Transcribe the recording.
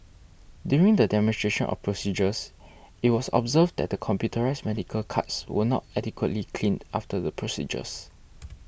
during the demonstrations of procedures it was observed that the computerised medical carts were not adequately cleaned after the procedures